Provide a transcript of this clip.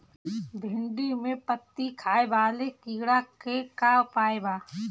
भिन्डी में पत्ति खाये वाले किड़ा के का उपाय बा?